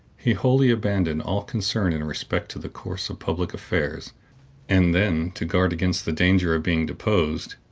he wholly abandoned all concern in respect to the course of public affairs and then, to guard against the danger of being deposed,